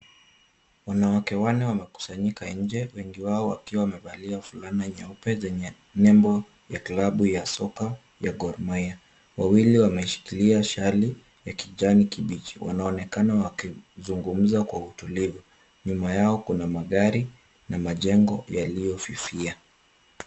Wanawake wanne wamekusanyika nje wengi wao wakiwa wamevalia fulana nyeupe zenye nembo ya klabu ya soka ya Gor Mahia. Wawili wameshikilia shali ya kijani kibichi. Wanaonekana wakizungumza kwa utulivu. Nyuma yao kuna magari na majengo yaliyofifia.